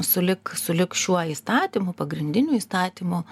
sulig sulig šiuo įstatymu pagrindiniu įstatymu